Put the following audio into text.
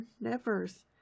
nevers